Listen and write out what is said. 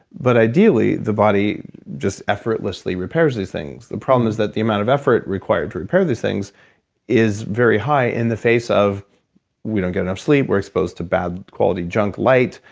but, ideally, the body just effortlessly repairs these things. the problem is that the amount of effort required to repair these things is very high in the face of we don't get enough sleep, we're exposed to bad quality junk light.